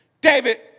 David